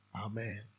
Amen